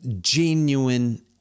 Genuine